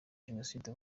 jenoside